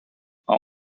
are